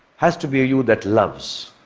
has to be a you that loves.